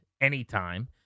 anytime